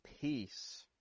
peace